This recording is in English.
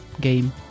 game